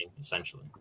essentially